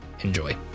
Enjoy